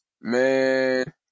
Man